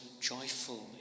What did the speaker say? joyful